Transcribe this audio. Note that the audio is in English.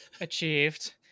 achieved